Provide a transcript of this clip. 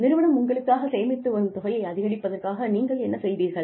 நிறுவனம் உங்களுக்காகச் சேமித்து வரும் தொகையை அதிகரிப்பதற்காக நீங்கள் என்ன செய்தீர்கள்